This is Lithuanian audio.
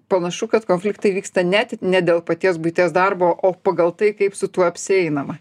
panašu kad konfliktai vyksta net ne dėl paties buities darbo o pagal tai kaip su tuo apsieinama